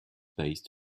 based